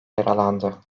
yaralandı